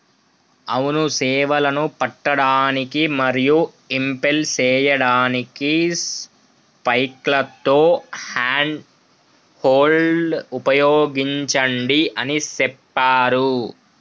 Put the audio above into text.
అవును సేపలను పట్టడానికి మరియు ఇంపెల్ సేయడానికి స్పైక్లతో హ్యాండ్ హోల్డ్ ఉపయోగించండి అని సెప్పారు